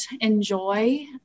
enjoy